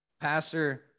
Pastor